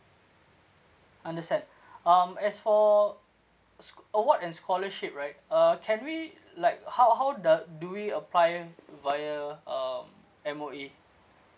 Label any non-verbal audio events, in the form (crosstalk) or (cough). understand (breath) um as for uh sch~ award and scholarship right uh can we like how how the do we apply via um M_O_E